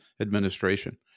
administration